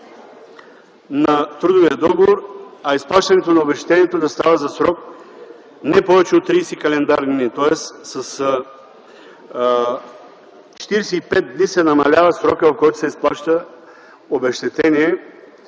на трудовия договор, а изплащането на обезщетението да става за срок не повече от 30 календарни дни. Тоест, с 45 дни се намалява срокът, в който се изплаща обезщетение,